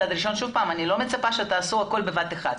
אני לא מצפה שתעשו הכול בבת אחת,